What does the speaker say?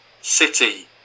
City